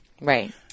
Right